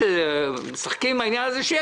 משחקים עם העניין הזה?